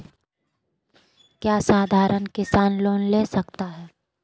क्या साधरण किसान लोन ले सकता है?